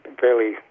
Fairly